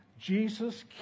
Jesus